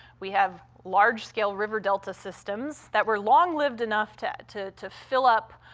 we have large-scale river delta systems that were long-lived enough to to to fill up